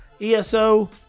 ESO